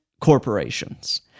corporations